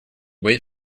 wait